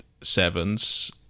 sevens